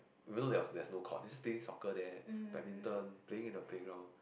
even though there was there's no court just playing soccer there badminton playing in the playground